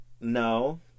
No